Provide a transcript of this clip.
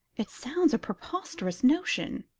it sounds a preposterous notion.